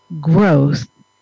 growth